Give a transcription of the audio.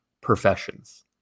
professions